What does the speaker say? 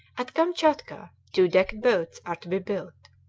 at kamtchatka two decked boats are to be built.